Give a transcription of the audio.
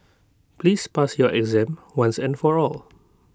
please pass your exam once and for all